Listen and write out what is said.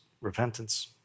repentance